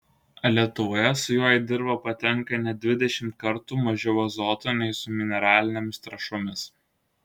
lietuvoje su juo į dirvą patenka net dvidešimt kartų mažiau azoto nei su mineralinėmis trąšomis